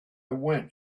went